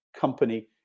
company